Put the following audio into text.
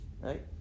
Right